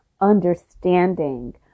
understanding